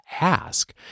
ask